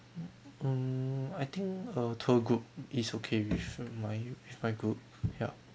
mm I think a tour group is okay with my with my group yup